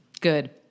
good